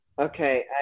Okay